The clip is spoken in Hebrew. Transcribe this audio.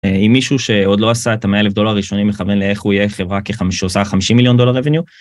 אם מישהו שעוד לא עשה את ה-100,000 דולר הראשונים מכוון לאיך הוא יהיה חברה שעושה 50 מיליון דולר revenue